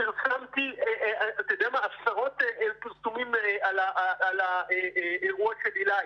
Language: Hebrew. פרסמתי עשרות פרסומים על האירוע של עילי,